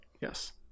yes